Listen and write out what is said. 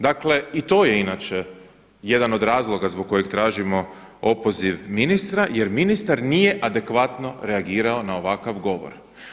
Dakle i to je inače i jedan od razloga zbog kojeg tražimo opoziv ministra, jer ministar nije adekvatno reagirao na ovakav govor.